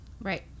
Right